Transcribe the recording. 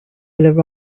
will